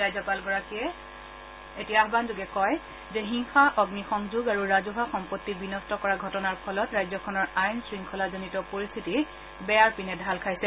ৰাজ্যপালগৰাকীয়ে আহানযোগে কয় যে হিংসা অগ্নিসংযোগ আৰু ৰাজহুৱা সম্পত্তি বিনষ্ট কৰা ঘটনাৰ ফলত ৰাজ্যখনৰ আইন শংখলাজনিত পৰিস্থিতি বেয়াৰ পিনে ঢাল খাইছে